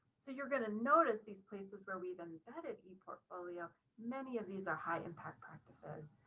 so you're going to notice these places where we've embedded eportfolio, many of these are high impact practices.